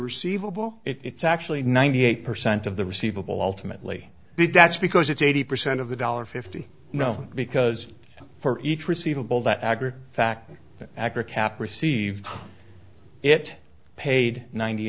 receivable it's actually ninety eight percent of the receivable ultimately big that's because it's eighty percent of the dollar fifty no because for each receivable that aggregate factor actor cap received it paid ninety